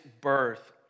birth